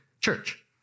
church